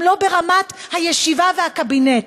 גם לא ברמת הישיבה והקבינט?